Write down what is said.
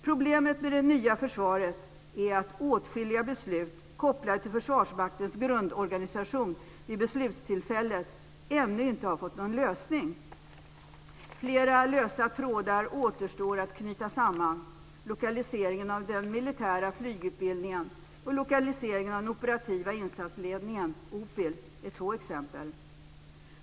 Problemet med det nya försvaret är att åtskilliga beslut kopplade till Försvarsmaktens grundorganisation vid beslutstillfället ännu inte har fått någon lösning. Flera lösa trådar återstår att knyta samman. Lokaliseringen av den militära flygutbildningen och lokaliseringen av den operativa insatsledningen är två exempel.